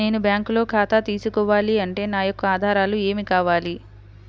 నేను బ్యాంకులో ఖాతా తీసుకోవాలి అంటే నా యొక్క ఆధారాలు ఏమి కావాలి?